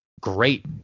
great